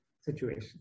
situation